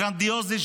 גרנדיוזי,